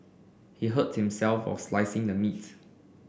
he hurt himself while slicing the meat